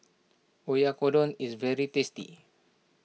Oyakodon is very tasty